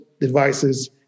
devices